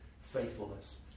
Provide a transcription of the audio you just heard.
faithfulness